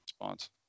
response